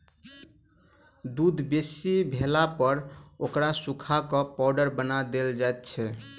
दूध बेसी भेलापर ओकरा सुखा क पाउडर बना देल जाइत छै